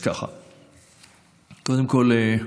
קודם כול,